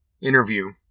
interview